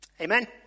Amen